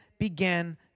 began